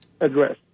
address